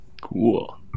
Cool